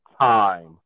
time